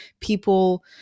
people